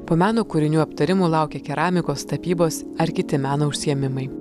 po meno kūrinių aptarimų laukia keramikos tapybos ar kiti meno užsiėmimai